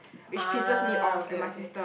uh okay okay